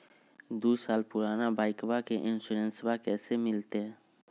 दू साल पुराना बाइकबा के इंसोरेंसबा कैसे मिलते?